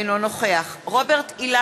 אינו נוכח דוד אזולאי, נגד רוברט אילטוב,